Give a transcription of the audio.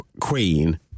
queen